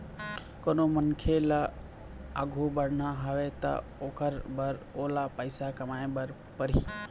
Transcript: कोनो मनखे ल आघु बढ़ना हवय त ओखर बर ओला पइसा कमाए बर परही